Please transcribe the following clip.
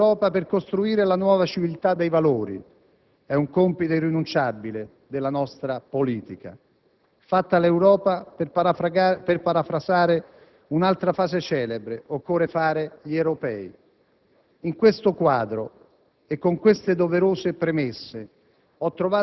Integrare le diversità culturali, economiche e sociali dell'Europa per costruire la nuova civiltà dei valori è un compito irrinunciabile della nostra politica. Fatta l'Europa - per parafrasare un'altra frase celebre - occorre fare gli europei.